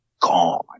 gone